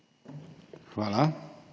Hvala.